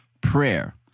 Prayer